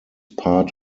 part